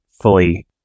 fully